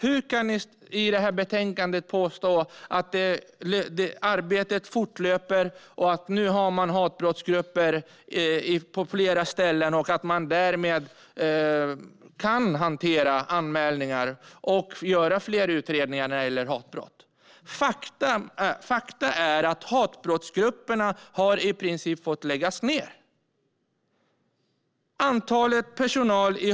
Hur kan ni i det här betänkandet påstå att arbetet fortlöper, att man nu har hatbrottsgrupper på flera ställen och att man därmed kan hantera anmälningar och göra fler utredningar när det gäller hatbrott? Faktum är att hatbrottsgrupperna i princip har fått läggas ned.